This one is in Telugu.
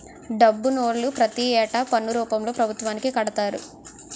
డబ్బునోళ్లు ప్రతి ఏటా పన్ను రూపంలో పభుత్వానికి కడతారు